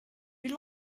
you